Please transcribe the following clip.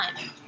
time